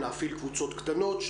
להפעיל קבוצות קטנות,